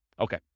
Okay